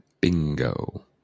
Bingo